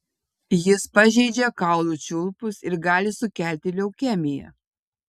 jis pažeidžia kaulų čiulpus ir gali sukelti leukemiją